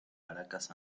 caracas